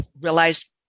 realized